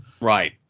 Right